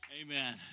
Amen